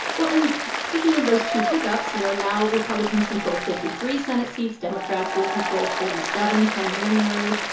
well and speaking of those two pickups, you know, now republicans control fifty three senate seats. democrats will control forty seven come january.